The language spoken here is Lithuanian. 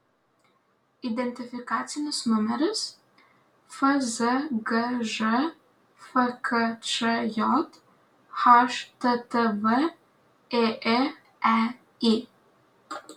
identifikacinis numeris fzgž fkčj httv ėėei